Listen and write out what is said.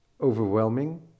overwhelming